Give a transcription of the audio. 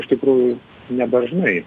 iš tikrųjų nedažnai